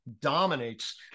dominates